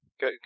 go